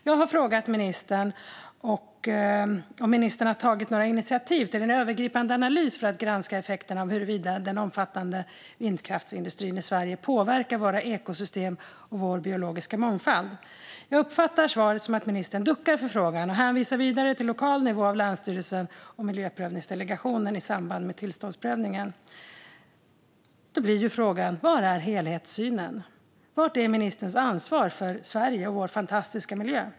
Jag har frågat ministern om ministern har tagit några initiativ till en övergripande analys för att granska effekterna av huruvida den omfattande vindkraftsindustrin i Sverige påverkar våra ekosystem och vår biologiska mångfald. Jag uppfattar svaret som att ministern duckar för frågan och hänvisar till att den ska hanteras på lokal nivå av länsstyrelsen och miljöprövningsdelegationen i samband med tillståndsprövningen. Då blir frågorna: Var är helhetssynen? Var är ministerns ansvar för Sverige och vår fantastiska miljö?